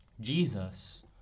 Jesus